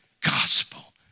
gospel